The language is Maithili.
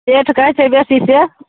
सेठ कहय छै बेसीसँ